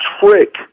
trick